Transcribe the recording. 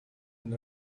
and